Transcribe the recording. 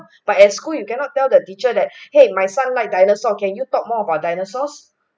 but at school you cannot tell the teacher that !hey! my son like dinosaur can you talk more about dinosaurs